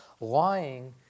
Lying